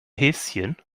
häschen